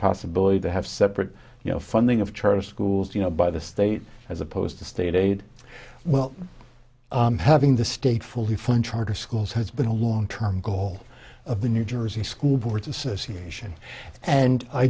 possibility to have separate you know funding of charter schools you know by the state as opposed to state aid well having the state fully fund charter schools has been a long term goal of the new jersey school board's association and i